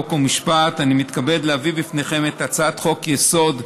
חוק ומשפט אני מתכבד להביא בפניכם את הצעת חוק-יסוד: